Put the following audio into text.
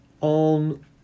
On